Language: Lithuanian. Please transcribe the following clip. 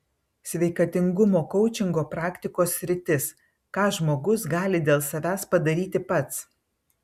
sveikatingumo koučingo praktikos sritis ką žmogus gali dėl savęs padaryti pats